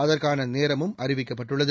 அதற்கான நேரமும் இந்த அறிவிக்கப்பட்டுள்ளது